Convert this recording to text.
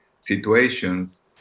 situations